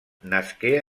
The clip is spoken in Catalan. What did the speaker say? nasqué